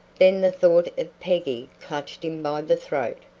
then the thought of peggy clutched him by the throat,